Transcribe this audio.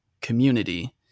community